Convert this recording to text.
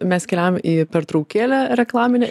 mes keliaujam į pertraukėlę reklaminę